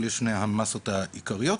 אלה שתי המסות העיקריות,